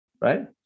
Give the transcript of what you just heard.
right